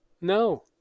No